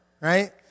right